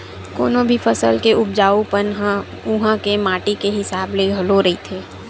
कोनो भी फसल के उपजाउ पन ह उहाँ के माटी के हिसाब ले घलो रहिथे